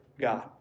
God